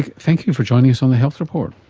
ah thank you for joining us on the health report.